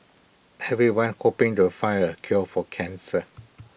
everyone hoping to find the cure for cancer